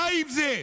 די עם זה.